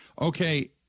okay